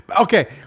Okay